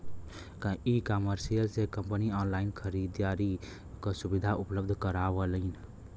ecommerce से company online खरीदारी क सुविधा उपलब्ध करावलीन